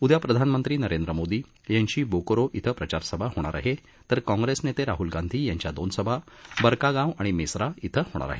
उद्या प्रधानमंत्री नरेंद्र मोदी यांची बोकोरो इथं प्रचार सभा होणार आहे तर कॉग्रेस नेते राहल गांधी यांच्या दोन सभा बरकागाव आणि मेसरा इथं होणार आहेत